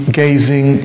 gazing